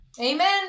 Amen